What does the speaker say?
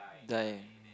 die